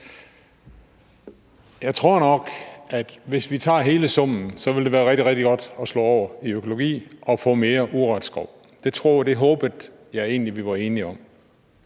Jeg tror nok, at hvis vi tager hele summen, vil det være rigtig, rigtig godt at slå over i økologi og få mere urørt skov; det håbede jeg egentlig vi var enige om.